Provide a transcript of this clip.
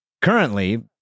Currently